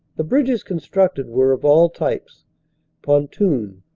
the bridges constructed were of all types pontoon,